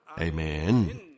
Amen